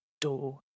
door